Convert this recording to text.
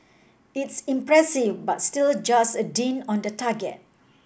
it's impressive but still just a dint on the target